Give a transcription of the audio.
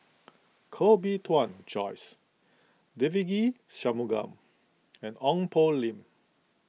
Koh Bee Tuan Joyce Devagi Sanmugam and Ong Poh Lim